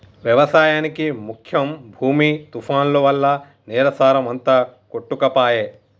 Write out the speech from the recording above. వ్యవసాయానికి ముఖ్యం భూమి తుఫాన్లు వల్ల నేల సారం అంత కొట్టుకపాయె